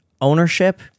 ownership